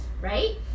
right